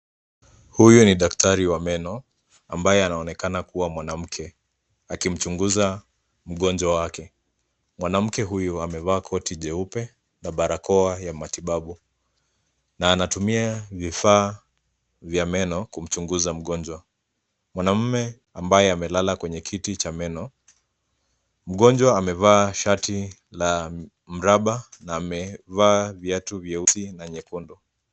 Huyo ni daktari wa meno ambaye anaonekana kuwa mwanamke akimchunguza mgonjwa wake. Mwanamke huyu ameva koti jeupe na barakoa ya matibabu na anatumia vifaa vya meno kumchunguza mgonjwa. Mwanaume ambaye ame lala kwenye kiti cha meno. Mgonjwa ameva shati la mraba na amevaa viatu vyeusi.